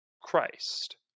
Christ